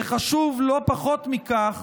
וחשוב לא פחות מכך,